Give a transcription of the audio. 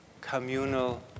communal